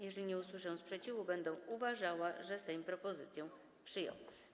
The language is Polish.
Jeżeli nie usłyszę sprzeciwu, będę uważała, że Sejm propozycję przyjął.